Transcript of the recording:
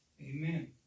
Amen